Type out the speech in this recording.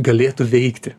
galėtų veikti